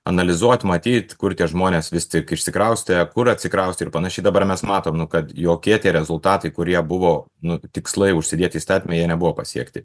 analizuot matyt kur tie žmonės vis tik išsikraustė kur atsikraustė ir panašiai dabar mes matom nu kad jokie tie rezultatai kurie buvo nu tikslai užsidėti įstatyme jie nebuvo pasiekti